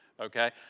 okay